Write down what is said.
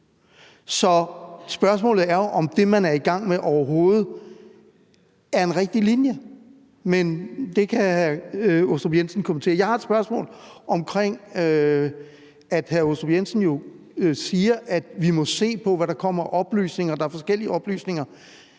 Så spørgsmålet er jo, om det, som man er i gang med, overhovedet er en rigtig linje, men det kan hr. Michael Aastrup Jensen kommentere. Jeg har et spørgsmål, i forhold til at hr. Michael Aastrup Jensen jo siger, at vi må se på, hvad der kommer af oplysninger, og at der er forskellige oplysninger.